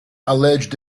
alleged